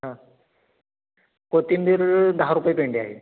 हां कोथिंबीर दहा रुपये पेंडी आहे